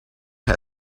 had